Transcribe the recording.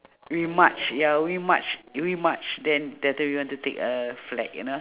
we march ya we march we march then then after that we went to take a flag you know